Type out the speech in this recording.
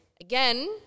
again